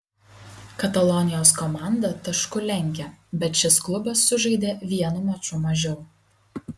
katalonijos komanda tašku lenkia bet šis klubas sužaidė vienu maču mažiau